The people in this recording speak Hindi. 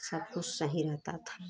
सब कुछ सही रहता था